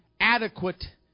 adequate